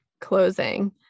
closing